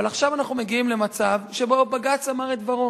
כולנו מבינים שזה לא ריאלי.